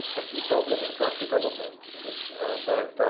a key problem in drug development is that